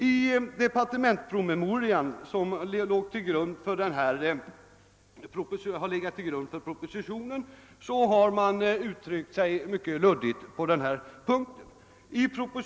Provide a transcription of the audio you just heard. I den departementspromemoria, som har legat till grund för propositionen, bar man uttryckt sig mycket >luddigt> på denna punkt.